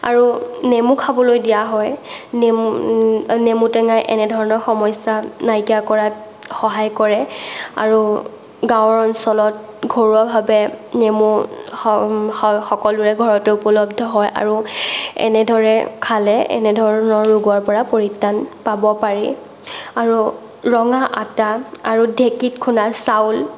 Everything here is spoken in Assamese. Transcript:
আৰু নেমু খাবলৈ দিয়া হয় নেমু টেঙাই এনে ধৰণৰ সমস্যা নাইকিয়া কৰাত সহায় কৰে আৰু গাঁৱৰ অঞ্চলত ঘৰুৱাভাৱে নেমু সকলোৰে ঘৰতে উপলব্ধ হয় আৰু এনেদৰে খালে এনে ধৰণৰ ৰোগৰ পৰা পৰিত্ৰাণ পাব পাৰি আৰু ৰঙা আটা আৰু ঢেকিত খুন্দা চাউল